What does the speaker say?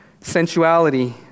sensuality